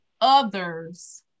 others